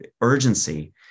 urgency